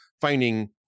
finding